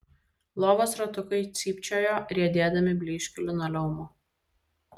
lovos ratukai cypčiojo riedėdami blyškiu linoleumu